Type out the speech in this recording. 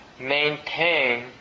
maintain